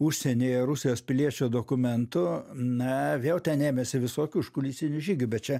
užsienyje rusijos piliečio dokumentu na vėl ten ėmėsi visokių užkulisinių žygių bet čia